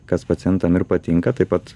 kas pacientam ir patinka taip pat